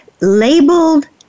labeled